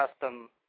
custom